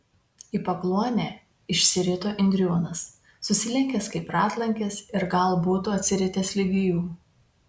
į pakluonę išsirito indriūnas susilenkęs kaip ratlankis ir gal būtų atsiritęs ligi jų